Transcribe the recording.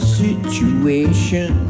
situation